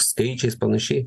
skaičiais panašiai